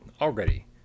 already